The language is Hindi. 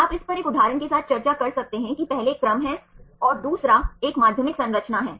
आप इस पर एक उदाहरण के साथ चर्चा कर सकते हैं कि पहले एक क्रम है और दूसरा एक माध्यमिक संरचना है